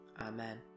Amen